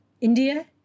India